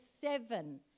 seven